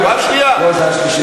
לא נמאס לכם